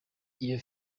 iyo